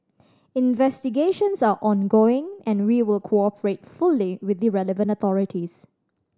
investigations are ongoing and we will cooperate fully with the relevant authorities